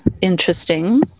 interesting